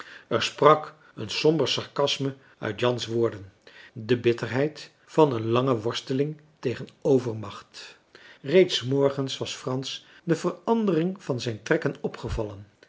er sprak een somber sarcasme uit jans woorden de bitterheid van een lange worsteling tegen overmacht reeds s morgens was frans de verandering van zijn trekken opgevallen